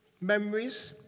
Memories